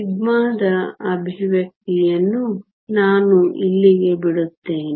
ಸಿಗ್ಮಾದ expression ಯನ್ನು ನಾನು ಇಲ್ಲಿಗೆ ಬಿಡುತ್ತೇನೆ